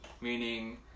meaning